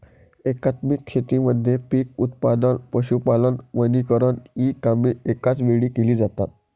एकात्मिक शेतीमध्ये पीक उत्पादन, पशुपालन, वनीकरण इ कामे एकाच वेळी केली जातात